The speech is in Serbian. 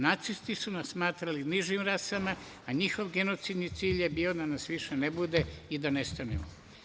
Nacisti su nas smatrali nižim rasama, a njihov genocidni cilj je bio da nas više ne bude i da nestanemo.